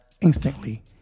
instantly